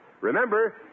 Remember